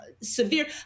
severe